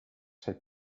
set